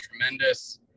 tremendous